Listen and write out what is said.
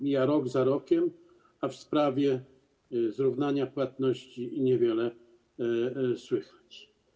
Mija rok za rokiem, a w sprawie zrównania płatności niewiele słychać.